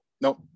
nope